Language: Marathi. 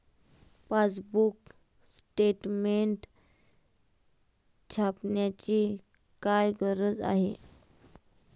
पासबुक स्टेटमेंट छापण्याची काय गरज आहे?